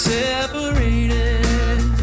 separated